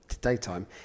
daytime